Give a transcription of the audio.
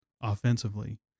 offensively